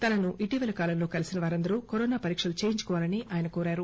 తనను ఇటీవలి కాలంలో కలిసిన వారందరూ కరోనా పరీక్షలు చేయించుకోవాలని ఆయన కోరారు